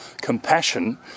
compassion